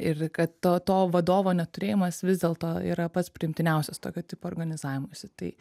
ir kad to to vadovo neturėjimas vis dėlto yra pats priimtiniausias tokio tipo organizavimuisi tai